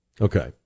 Okay